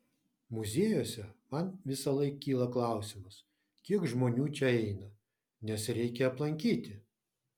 muziejuose man visąlaik kyla klausimas kiek žmonių čia eina nes reikia aplankyti